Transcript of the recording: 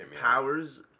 powers